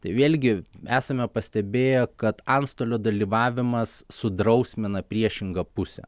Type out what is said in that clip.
tai vėlgi esame pastebėję kad antstolio dalyvavimas sudrausmina priešingą pusę